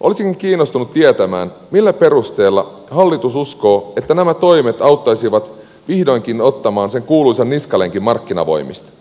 olisinkin kiinnostunut tietämään millä perusteella hallitus uskoo että nämä toimet auttaisivat vihdoinkin ottamaan sen kuuluisan niskalenkin markkinavoimista